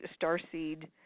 starseed